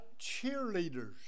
cheerleaders